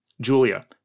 Julia